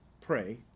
pray